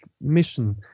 mission